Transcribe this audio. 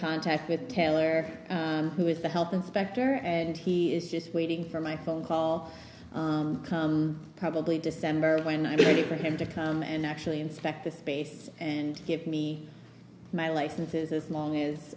contact with taylor who is the health inspector and he is just waiting for my phone call probably december when i made it for him to come and actually inspect the space and give me my licenses as long as